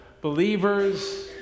believers